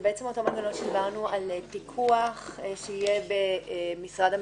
זה אותו מנגנון של פיקוח שיהיה במשרד המשפטים.